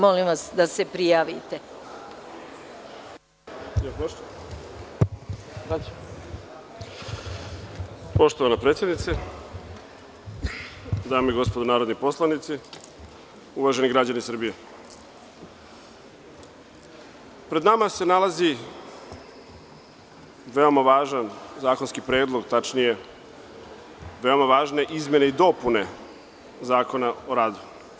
Poštovana predsednice, dame i gospodo narodni poslanici, uvaženi građani Srbije, pred nama se nalazi veoma važan zakonski predlog, tačnije veoma važne izmene i dopune Zakona o radu.